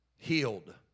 healed